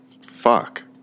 Fuck